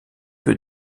peu